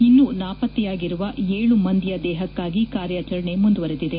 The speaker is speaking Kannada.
ಇನ್ನೂ ನಾಪತ್ತೆಯಾಗಿರುವ ಏಳು ಮಂದಿಯ ದೇಹಕ್ಕಾಗಿ ಕಾರ್ಯಾಚರಣೆ ಮುಂದುವರೆದಿದೆ